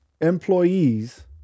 employees